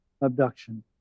abduction